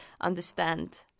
understand